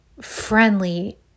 friendly